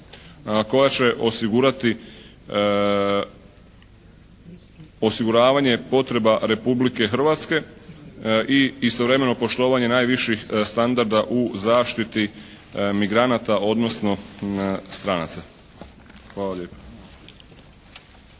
koja će osigurati osiguravanje potreba Republike Hrvatske i istovremeno poštovanje najviših standarda u zaštiti migranata, odnosno stranaca. Hvala lijepa.